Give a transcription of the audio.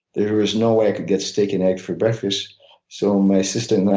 there was no way i could get steak and eggs for breakfast so my assistant